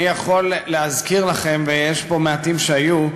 אני יכול להזכיר לכם, ויש פה מעטים שהיו,